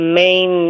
main